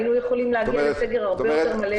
היינו יכולים להגיע לסגר הרבה יותר מלא מזה.